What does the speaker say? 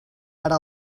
ara